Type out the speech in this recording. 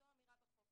זו האמירה בחוק